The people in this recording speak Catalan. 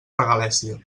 regalèssia